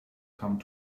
come